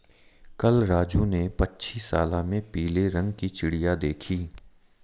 कल राजू ने पक्षीशाला में पीले रंग की चिड़िया देखी